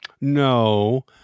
No